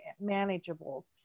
manageable